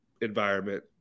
environment